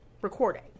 recording